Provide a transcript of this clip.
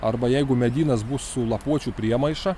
arba jeigu medynas bus su lapuočių priemaiša